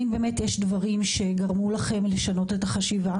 האם באמת יש דברים שגרמו לכם לשנות את החשיבה